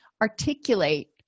articulate